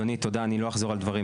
אדוני תודה אני לא אחזור על דברים